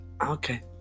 Okay